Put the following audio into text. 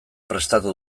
prestatu